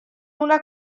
una